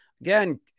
again